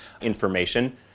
information